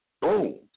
boom